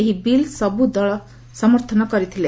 ଏହି ବିଲ୍ ସବୁ ଦଳ ସମଥନ କରିଥିଲେ